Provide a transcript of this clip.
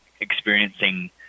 experiencing